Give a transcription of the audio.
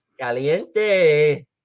caliente